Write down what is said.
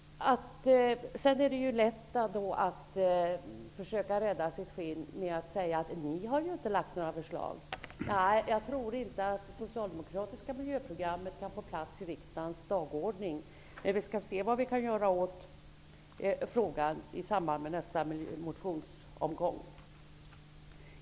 Det är lätt att försöka rädda sitt skinn genom att säga att vi inte har lagt fram några förslag. Jag tror inte att det socialdemokratiska miljöprogrammet kan få plats i riksdagens dagordning. Vi får se vad vi kan göra åt frågan i samband med nästa motionsomgång.